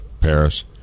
Paris